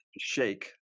shake